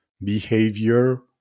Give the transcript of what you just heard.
behavior